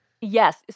Yes